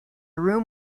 room